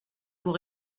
vous